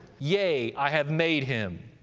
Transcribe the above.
yea, i have made him.